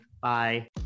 Bye